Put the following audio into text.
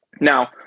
Now